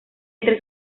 entre